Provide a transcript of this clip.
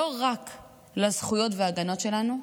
לא רק לזכויות וההגנות שלנו,